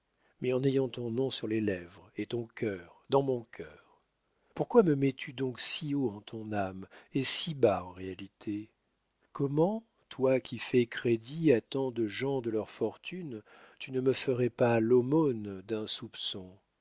mais en ayant ton nom sur les lèvres et ton cœur dans mon cœur pourquoi me mets tu donc si haut en ton âme et si bas en réalité comment toi qui fais crédit à tant de gens de leur fortune tu ne me ferais pas l'aumône d'un soupçon